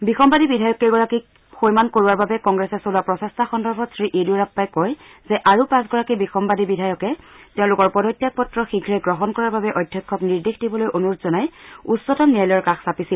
বিসন্নাদী বিধায়ক কেইগৰাকীক সৈমান কৰোৱাৰ বাবে কংগ্ৰেছে চলোৱা প্ৰচেষ্টা সন্দৰ্ভত শ্ৰীয়েডুৰাপ্পাই কয় যে আৰু পাঁচগৰাকী বিসম্মাদী বিধায়কে তেওঁলোকৰ পদত্যাগ পত্ৰ শীঘ্ৰে গ্ৰহণ কৰাৰ বাবে অধ্যক্ষক নিৰ্দেশ দিবলৈ অনুৰোধ জনাই উচ্চতম ন্যায়ালয়ৰ কাষ চাপিছিল